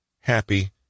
happy